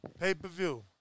Pay-per-view